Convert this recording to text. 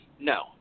No